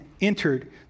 entered